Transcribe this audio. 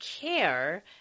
care